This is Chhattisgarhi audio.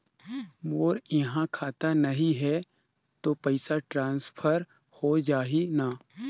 मोर इहां खाता नहीं है तो पइसा ट्रांसफर हो जाही न?